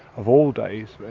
of all days,